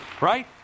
Right